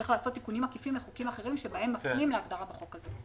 צריך לעשות תיקונים עקיפים לחוקים אחרים שבהם מפנים להגדרה בחוק הזה.